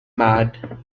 mad